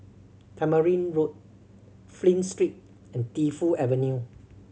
Tamarind Road Flint Street and Defu Avenue